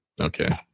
Okay